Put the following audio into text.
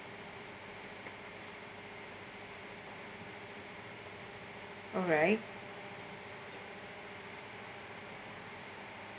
alright